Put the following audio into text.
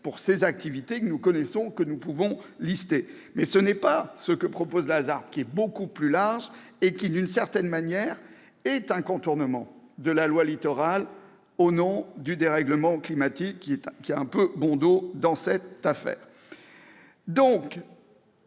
pour ces activités que nous connaissons et que nous pouvons lister, mais ce n'est pas ce que permet de faire la ZART, qui est beaucoup plus large et qui constitue, d'une certaine manière, un contournement de la loi Littoral, au nom du dérèglement climatique- lequel a bon dos dans cette affaire